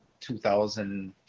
2000